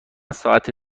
ساعت